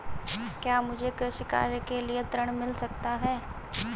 क्या मुझे कृषि कार्य के लिए ऋण मिल सकता है?